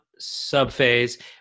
subphase